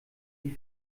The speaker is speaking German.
die